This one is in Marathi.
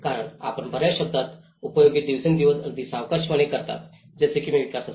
कारण आपण बर्याच शब्दांचा उपयोग दिवसेंदिवस अगदी सावकाशपणे करतात जसे की विकासासाठी